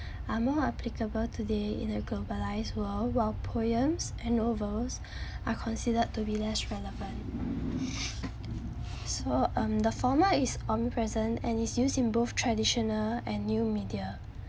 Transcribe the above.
are more applicable today in a globalised world while poems and novels are considered to be less relevant so um the former is omnipresent and is used in both traditional and new media